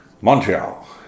Montreal